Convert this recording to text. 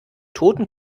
toten